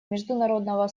международного